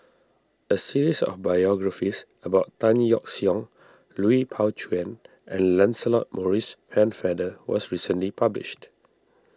a series of biographies about Tan Yeok Seong Lui Pao Chuen and Lancelot Maurice Pennefather was recently published